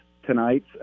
tonight